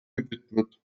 gewidmet